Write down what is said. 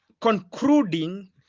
concluding